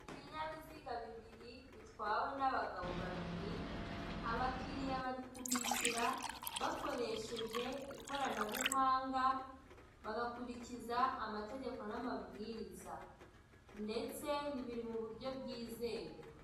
Ibinyabiziga bibiri bitwawe n'abagabo babiri abakiriya bari kubishyura bakoresheje ikoranabuhanga bagakurikiza amategeko n'amabwiriza ndetse biri mu buryo bwizewe.